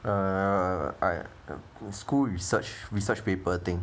uh school research research paper thing